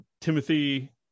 timothy